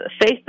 faith